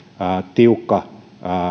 tiukka